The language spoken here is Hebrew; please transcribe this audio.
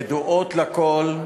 ידועות לכול,